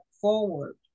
forward